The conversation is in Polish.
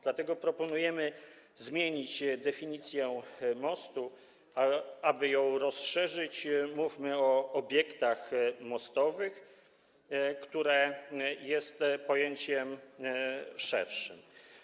Dlatego proponujemy zmienić definicję mostu i aby ją rozszerzyć, mówmy o pojęciu obiektów mostowych, które jest pojęciem szerszym.